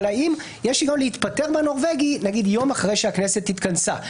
אבל האם יש היגיון להתפטר מהנורבגי נגיד יום אחרי שהכנסת התכנסה,